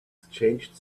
exchanged